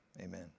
Amen